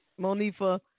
Monifa